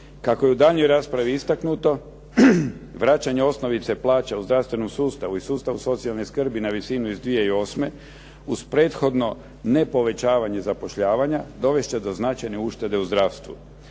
Kako je u daljnjoj raspravi istaknuto, vraćanje osnovice plaća u zdravstvenom sustavu i sustavu socijalne skrbi na visinu iz 2008. uz prethodno nepovećavanje zapošljavanja, dovesti će do značajne uštede u zdravstvu.